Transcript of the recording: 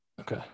okay